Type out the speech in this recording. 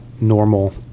normal